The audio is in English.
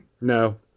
No